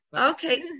Okay